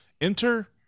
enter